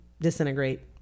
disintegrate